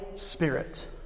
spirit